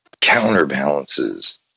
counterbalances